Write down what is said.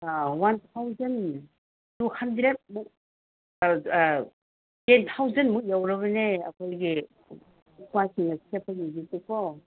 one thousand two ꯍꯟꯗ꯭ꯔꯦꯗꯃꯨꯛ ten ꯊꯥꯎꯖꯟꯃꯨꯛ ꯌꯧꯔꯕꯅꯦ ꯑꯩꯈꯣꯏꯒꯤ ꯅꯨꯄꯥꯁꯤꯡꯅ ꯁꯦꯠꯄꯒꯤꯁꯤꯗꯤꯀꯣ